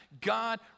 God